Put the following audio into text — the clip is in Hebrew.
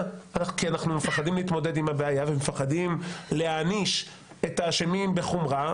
כי אנחנו מפחדים להתמודד עם הבעיה ומפחדים להעניש את האשמים בחומרה,